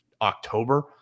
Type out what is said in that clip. October